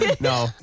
no